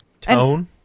Tone